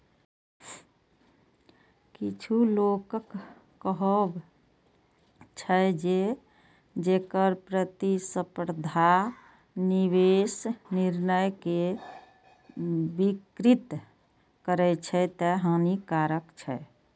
किछु लोकक कहब छै, जे कर प्रतिस्पर्धा निवेश निर्णय कें विकृत करै छै, तें हानिकारक छै